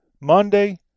Monday